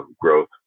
growth